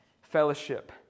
fellowship